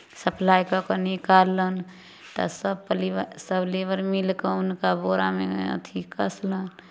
supply कऽ कऽ निकाललनि तऽ सभ परिवा सभ लेबर मिलि कऽ हुनका बोरामे अथि कसलनि